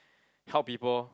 help people